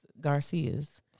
Garcias